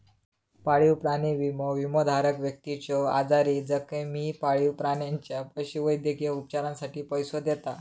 पाळीव प्राणी विमो, विमोधारक व्यक्तीच्यो आजारी, जखमी पाळीव प्राण्याच्या पशुवैद्यकीय उपचारांसाठी पैसो देता